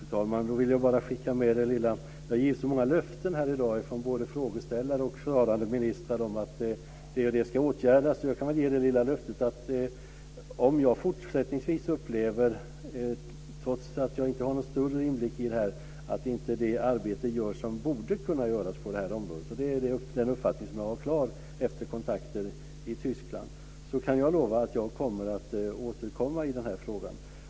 Fru talman! Då vill jag bara skicka med en liten sak. Det har givits så många löften här i dag från både frågeställare och svarande ministrar. Det och det ska åtgärdas. Jag kan ge detta lilla löfte: Om jag fortsättningsvis upplever, trots att jag inte har någon större inblick i detta, att det arbete som borde kunna göras på detta område inte görs - det är den uppfattning som jag har efter kontakter i Tyskland - kan jag lova att jag återkommer i denna fråga.